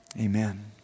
amen